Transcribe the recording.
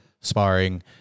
sparring